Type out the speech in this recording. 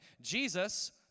Jesus